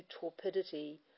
torpidity